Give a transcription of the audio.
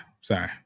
sorry